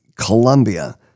Colombia